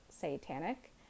satanic